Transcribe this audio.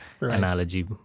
analogy